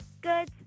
Good